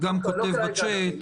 חודשיים ושלושה.